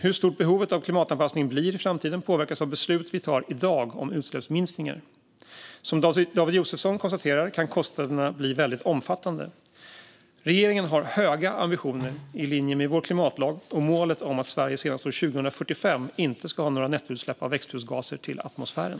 Hur stort behovet av klimatanpassning blir i framtiden påverkas av beslut vi tar i dag om utsläppsminskningar. Som David Josefsson konstaterar kan kostnaderna bli väldigt omfattande. Regeringen har höga ambitioner i linje med vår klimatlag och målet om att Sverige senast år 2045 inte ska ha några nettoutsläpp av växthusgaser till atmosfären.